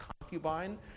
concubine